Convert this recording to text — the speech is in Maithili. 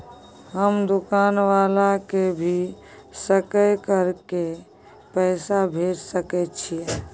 हम दुकान वाला के भी सकय कर के पैसा भेज सके छीयै?